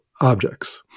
objects